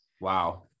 Wow